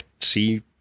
see